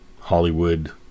Hollywood